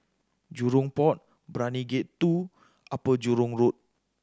Jurong Port Brani Gate Two Upper Jurong Road